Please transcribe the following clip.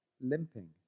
limping